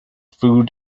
food